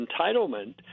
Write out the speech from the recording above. entitlement